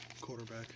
Quarterback